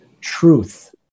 truth